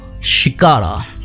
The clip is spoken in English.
shikara